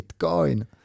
bitcoin